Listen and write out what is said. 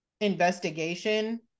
investigation